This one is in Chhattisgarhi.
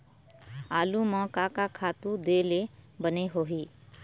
आलू म का का खातू दे ले बने होही?